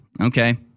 Okay